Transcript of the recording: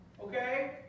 okay